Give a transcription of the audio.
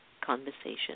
conversation